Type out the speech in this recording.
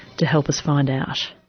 to help us find out.